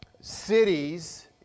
Cities